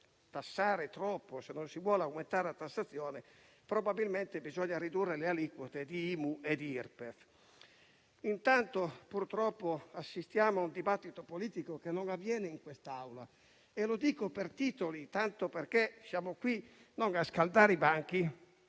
troppo ed aumentare la tassazione, probabilmente bisogna ridurre le aliquote di IMU e IRPEF. Intanto, purtroppo, assistiamo a un dibattito politico che non avviene in quest'Aula. Lo dico per titoli, tanto perché siamo qui non a scaldare i banchi,